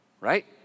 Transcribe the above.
Right